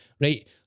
Right